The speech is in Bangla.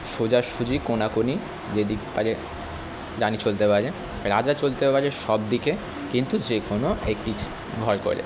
সোজাসুজি কোনাকুনি যেদিক পারে রানী চলতে পারে রাজা চলতে পারে সব দিকে কিন্তু যে কোনো একটি চ্ ঘর করে